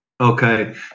Okay